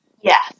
Yes